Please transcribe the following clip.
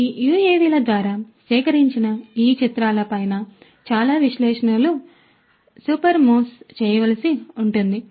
కాబట్టి ఈ యుఎవిల ద్వారా సేకరించిన ఈ చిత్రాల పైన చాలా విశ్లేషణలు సూపర్మోస్ చేయవలసి ఉంటుంది